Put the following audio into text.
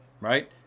Right